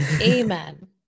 amen